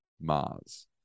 Mars